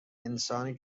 انسانی